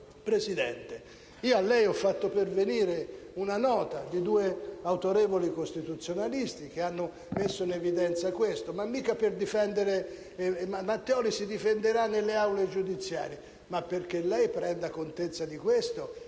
Presidente, io le ho fatto pervenire una nota di due autorevoli costituzionalisti che hanno messo in evidenza questo ma non per difendere me stesso, perché Matteoli si difenderà nelle aule giudiziarie, bensì perché lei prenda contezza di questo